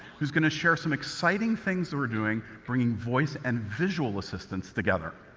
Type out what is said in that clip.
who's going to share some exciting things we're doing, bringing voice and visual assistance together.